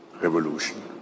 revolution